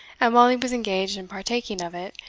and while he was engaged in partaking of it,